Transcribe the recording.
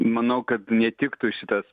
manau kad netiktų šitas